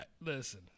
Listen